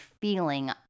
feeling